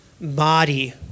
body